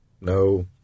No